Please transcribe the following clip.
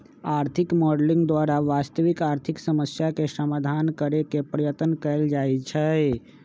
आर्थिक मॉडलिंग द्वारा वास्तविक आर्थिक समस्याके समाधान करेके पर्यतन कएल जाए छै